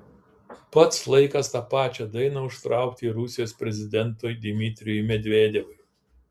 pats laikas tą pačią dainą užtraukti ir rusijos prezidentui dmitrijui medvedevui